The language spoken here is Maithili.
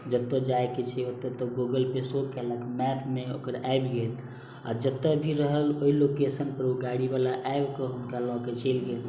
जतऽ जाइके छै ओतऽ तऽ गूगलके शो कयलक मैपमे ओकर आबि गेल आओर जतऽ भी रहल ओइ लोकेशनपर ओ गाड़ीवला आबिकऽ हुनका लअके चलि गेल